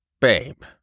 babe